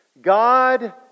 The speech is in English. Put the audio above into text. God